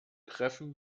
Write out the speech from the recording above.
treffen